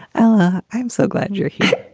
ah i'm so glad you're here.